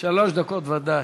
שלוש דקות, ודאי.